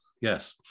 yes